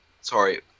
sorry